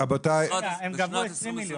--- רבותיי --- הם גבו 20 מיליון.